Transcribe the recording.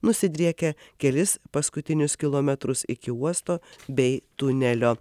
nusidriekia kelis paskutinius kilometrus iki uosto bei tunelio